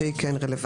והיא כן רלוונטית.